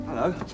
Hello